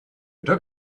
took